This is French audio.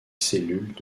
cellules